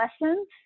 lessons